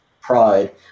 Pride